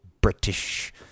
British